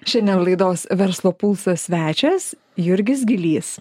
šiandien laidos verslo pulsas svečias jurgis gylys